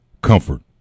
comfort